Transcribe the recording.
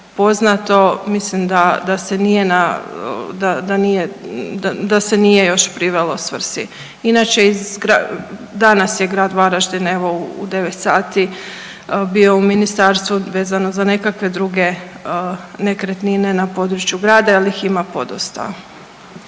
na, da nije, da se nije još privelo svrsi. Inače iz .../nerazumljivo/... danas je Grad Varaždin, evo, u 9 sati bio u ministarstvu vezano za nekakve druge nekretnine na području grada jer ih ima podosta.